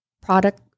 product